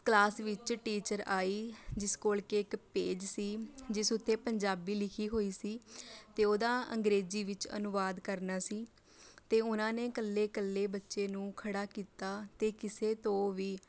class ਵਿੱਚ teacher ਆਈ ਜਿਸ ਕੋਲ ਕਿ ਇੱਕ ਪੇਜ਼ ਸੀ ਜਿਸ ਉੱਤੇ ਪੰਜਾਬੀ ਲਿਖੀ ਹੋਈ ਸੀ ਅਤੇ ਉਹਦਾ ਅੰਗਰੇਜ਼ੀ ਵਿੱਚ ਅਨੁਵਾਦ ਕਰਨਾ ਸੀ ਅਤੇ ਉਹਨਾਂ ਨੇ ਇਕੱਲੇ ਇਕੱਲੇ ਬੱਚੇ ਨੂੰ ਖੜ੍ਹਾ ਕੀਤਾ ਅਤੇ ਕਿਸੇ ਤੋਂ ਵੀ